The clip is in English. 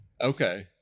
okay